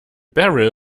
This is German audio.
barrel